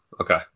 okay